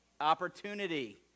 Opportunity